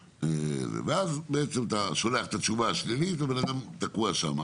ואז אתה שולח תשובה שלילית והבן-אדם תקוע שם.